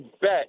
bet